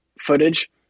footage